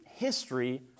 History